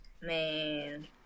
man